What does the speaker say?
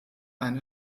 eine